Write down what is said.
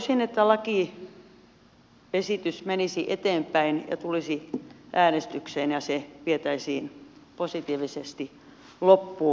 toivoisin että lakiesitys menisi eteenpäin ja tulisi äänestykseen ja se vietäisiin positiivisesti loppuun